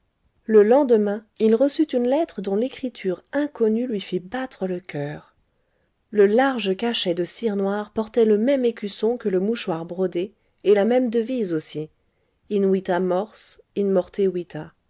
le lendemain il reçut une lettre dont l'écriture inconnue lui fit battre le coeur le large cachet de cire noire portait le même écusson que le mouchoir brodé et la même devise aussi in vita mors in morte